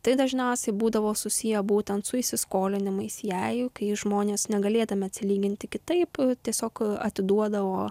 tai dažniausiai būdavo susiję būtent su įsiskolinimais jai kai žmonės negalėdami atsilyginti kitaip tiesiog atiduodavo